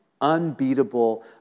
unbeatable